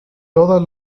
todas